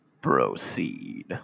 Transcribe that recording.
Proceed